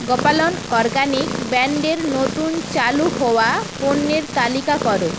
গোপালন organic ব্র্যান্ডের নতুন চালু হওয়া পণ্যের তালিকা করো